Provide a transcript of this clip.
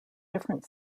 different